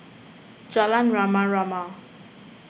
Jalan Rama Rama